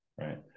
right